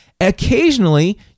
Occasionally